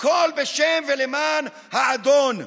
הכול בשם ולמען האדון.